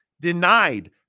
denied